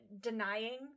denying